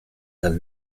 dal